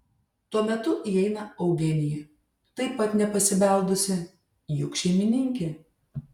tuo metu įeina eugenija taip pat nepasibeldusi juk šeimininkė